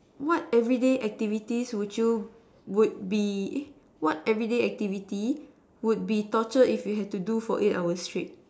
what everyday activity would you would be eh what everyday activity would be torture if you had to do for eight hour straight